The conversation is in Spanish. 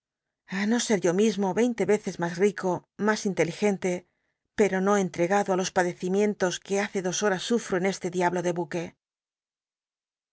ir no ser yo mismo veinte veces mas rico mas in teligente pero no cntrcgado los padecimientos que hace dos horas sufro en este diablo de buque